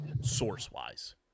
source-wise